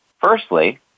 Firstly